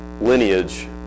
lineage